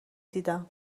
دیدم